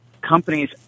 companies